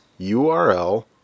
URL